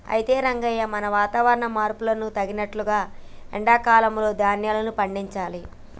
అయితే రంగయ్య మనం వాతావరణ మార్పును తగినట్లు ఎండా కాలంలో ధాన్యాలు పండించాలి